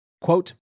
Quote